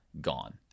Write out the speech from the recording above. Gone